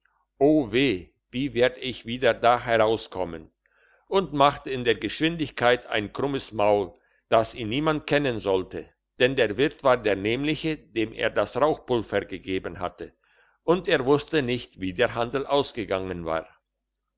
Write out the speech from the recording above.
wie werd ich wieder da herauskommen und machte in der geschwindigkeit ein krummes maul dass ihn niemand kennen sollte denn der wirt war der nämliche dem er das rauchpulver gegeben hatte und er wusste nicht wie der handel ausgegangen war